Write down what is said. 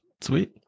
Sweet